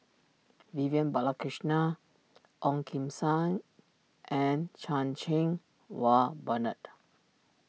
Vivian Balakrishnan Ong Kim Seng and Chan Cheng Wah Bernard